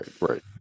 right